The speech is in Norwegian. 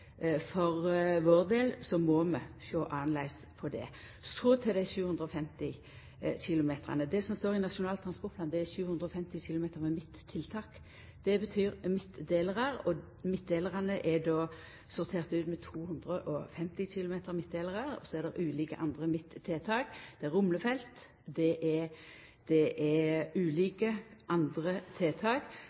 For vår del må vi sjå annleis på det. Så til dei 750 km. Det som er nemnt i Nasjonal transportplan, er 750 km med midttiltak. Det betyr midttiltak. Midttiltaka er då sorterte ut med 250 km med midtdelarar, og så er det ulike andre midttiltak. Det er rumlefelt, det er ulike andre tiltak